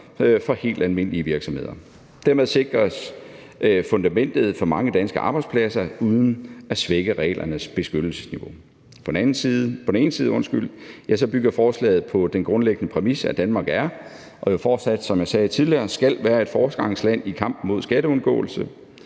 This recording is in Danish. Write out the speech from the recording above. for helt almindelige virksomheder. Dermed sikres fundamentet for mange danske arbejdspladser uden at svække reglernes beskyttelsesniveau. På den ene side bygger forslaget på den grundlæggende præmis, at Danmark er og fortsat skal være et foregangsland i kampen mod skatteundgåelse.